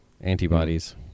antibodies